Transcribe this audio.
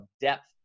depth